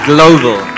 Global